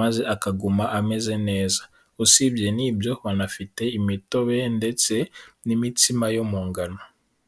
maze akaguma ameze neza usibye n'ibyo banafite imitobe ndetse n'imitsima yo mu ngano.